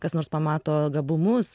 kas nors pamato gabumus